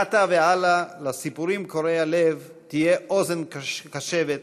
מעתה והלאה לסיפורים קורעי הלב תהיה אוזן קשבת,